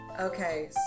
Okay